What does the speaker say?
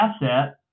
asset